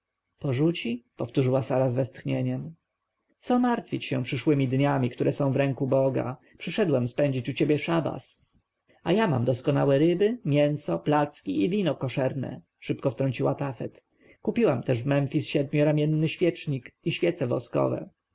porzuci powtórzyła sara z westchnieniem co martwić się przyszłemi dniami które są w ręku boga przyszedłem spędzić u ciebie szabas a ja mam doskonałe ryby mięso placki i wino koszerne szybko wtrąciła tafet kupiłam też w memfis siedmioramienny świecznik i świece woskowe